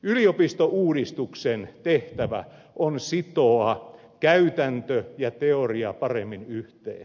yliopistouudistuksen tehtävä on sitoa käytäntö ja teoria paremmin yhteen